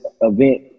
event